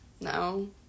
No